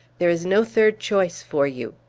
there is no third choice for you.